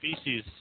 species